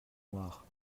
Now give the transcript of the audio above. noirs